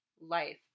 life